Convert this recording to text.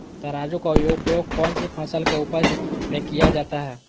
तराजू का उपयोग कौन सी फसल के उपज में किया जाता है?